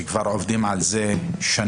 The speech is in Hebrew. וכבר עובדים על זה שנים,